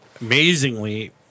amazingly